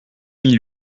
mille